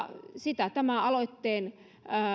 asumispalveluihin ryhmäkoteihin sitä tämä aloitteen